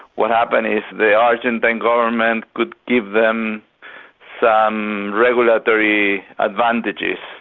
what happened is the argentine government could give them some regulatory advantages,